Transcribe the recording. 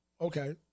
Okay